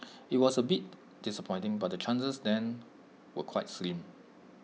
IT was A bit disappointing but the chances then were quite slim